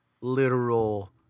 literal